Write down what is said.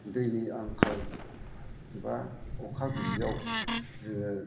दैनि आंखाल एबा अखा गैयिआव जोङो